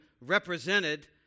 represented